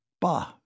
Bah